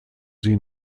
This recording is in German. sie